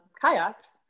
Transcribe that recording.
kayaks